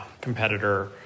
competitor